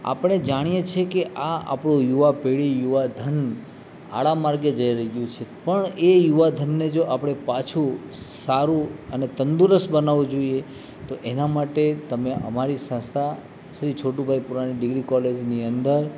આપણે જાણીએ છીએ કે આ આપણી યુવા પેઢી યુવાધન આડા માર્ગે જઈ રહ્યું છે પણ એ યુવાધનને જો આપણે પાછું સારું અને તંદુરસ્ત બનાવવું જોઈએ તો એના માટે તમે અમારી સંસ્થા શ્રી છોટુભાઈ પુરાણી ડિગ્રી કોલેજની અંદર